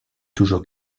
toujours